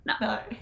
no